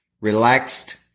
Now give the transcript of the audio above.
relaxed